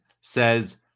says